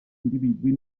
individui